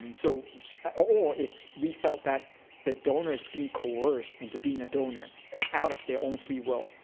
so or if we felt that the donor is being coerced into being a donor, out of their own free will,